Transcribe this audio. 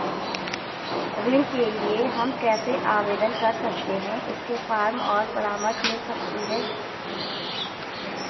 ऋण के लिए हम कैसे आवेदन कर सकते हैं इसके फॉर्म और परामर्श मिल सकती है?